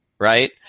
Right